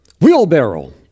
wheelbarrow